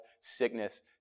sickness